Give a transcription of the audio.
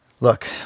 Look